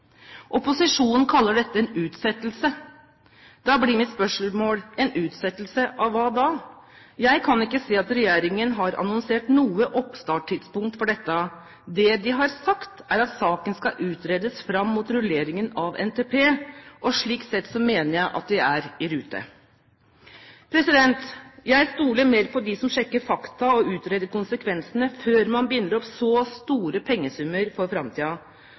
Opposisjonen kaller dette en utsettelse. Da blir mitt spørsmål: en utsettelse av hva da? Jeg kan ikke se at regjeringen har annonsert noe oppstartstidspunkt for dette. Det man har sagt, er at saken skal utredes fram mot rulleringen av NTP, og slik sett mener jeg at man er i rute. Jeg stoler mer på dem som sjekker fakta og utreder konsekvensene, før man binder opp så store pengesummer for